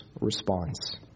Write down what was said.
response